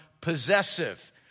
possessive